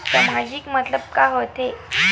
सामाजिक मतलब का होथे?